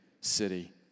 city